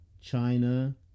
China